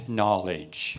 knowledge 。